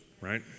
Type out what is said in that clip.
right